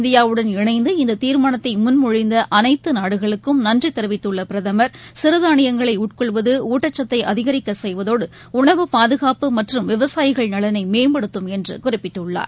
இந்தியாவுடன் இணைந்து இந்த தீர்மானத்தை முன்மொழிந்த அனைத்து நாடுகளுக்கும் நன்றி தெரிவித்துள்ள பிரதமர் சிறதானியங்களை உட்கொள்வது ஊட்டச்சத்தை அதிகரிக்க செய்வதோடு உணவு பாதகாப்பு மற்றும் விவசாயிகள் நலனை மேம்படுத்தும் என்று குறிப்பிட்டுள்ளார்